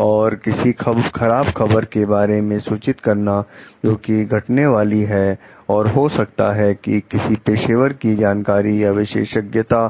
और किसी खराब खबर के बारे में सूचित करना जो कि घटने वाली है और हो सकता है कि किसी पेशेवर की जानकारी या विशेषज्ञता